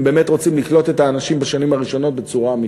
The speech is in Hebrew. אם באמת רוצים לקלוט את האנשים בשנים הראשונות בצורה אמיתית.